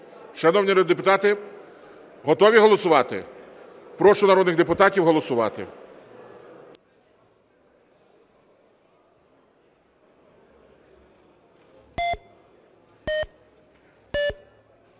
Шановні народні депутати, готові голосувати? Прошу народних депутатів голосувати.